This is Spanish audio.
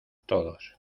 todos